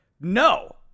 no